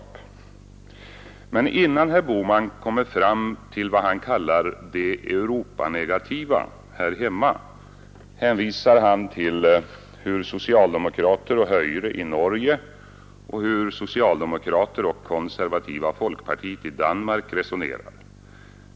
Men innan herr Bohman kommer fram till vad han kallar de Europanegativa här hemma, hänvisar han till hur socialdemokrater och hoyre i Norge och hur socialdemokraterna och konservativa folkpartiet i Danmark resonerar.